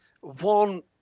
one